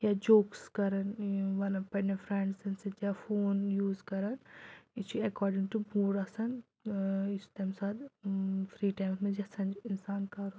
یا جوکٕس کَران وَنان پننٮ۪ن فرٛیٚنٛڈسَن سۭتۍ یا فوٗن یوٗز کَران یہِ چھُ ایٚکارڈِنٛگ ٹوٚ موٗڈ آسان ٲں یُس تمہِ ساتہٕ فِرٛی ٹایمَس منٛز یَژھان چھُ اِنسان کَرُن